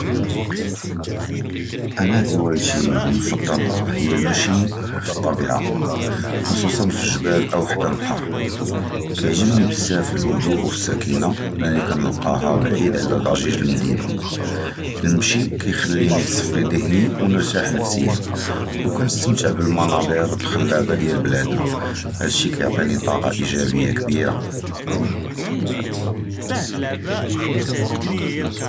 אָנָא הֻוַאיְּתִי אֶל-מוּפַדַּל הִיַּא אֶל-מַשִׁי פִי-אֶל-טַּבִּיעָה, בְּחוּסוּס פִי-אֶל-גְּבָּאל אוּ חַדָּא לְבַּחַר. כַּיַּעְגְּבּנִי בְּזַבַּא אֶל-הַדּוּء וְאֶל-סֻקִּינָה, לִיּ כַּנִּלְקַאּהָ בְּעִיד עַל דַּזִּ'יָּאג אֶל-מַדִּינָה. אֶל-מַשִׁי כַּיְחַלִּינִי נְצַפִּי דְּהוּנִי, וּנִרְתַּח נַפְסִיָאנִי, וְכַּנִּסְתַמְתַע בְּאֶל-מַנְצַאר אֶל-חֻלָּאבָּה דִיָּאל בְּלַדְנָא. הַדָּא כַּיְּעַטִּינִי טַאקָּה אִיגְ'בִּיָּה כְּבִירָה.